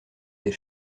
des